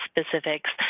specifics